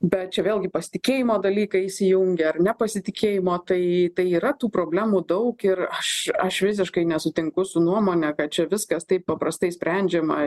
bet čia vėlgi pasitikėjimo dalykai įsijungia ar nepasitikėjimo tai tai yra tų problemų daug ir aš aš visiškai nesutinku su nuomone kad čia viskas taip paprastai sprendžiama